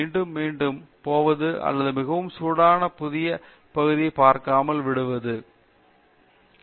மிகவும் முழுமையான ஆராய்ச்சி இருக்க வேண்டும் எங்கள் சொந்த ஆராய்ச்சி தலைப்புகள் மறுபடியும் பயன்படுத்தாமல் ஒரு முழுமையான வழியில் புதிதாக உருவாக்க வேண்டும்